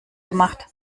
gemacht